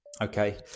Okay